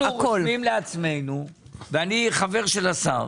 אנו רושמים לעצמנו, ואני חבר של השר,